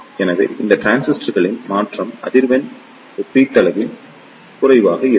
எனவே இந்த டிரான்சிஸ்டர்களின் மாற்றம் அதிர்வெண் ஒப்பீட்டளவில் குறைவாக இருக்கும்